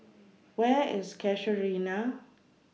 Where IS Casuarina